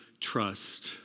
trust